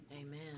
Amen